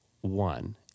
One